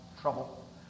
trouble